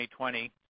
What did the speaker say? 2020